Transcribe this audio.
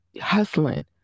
hustling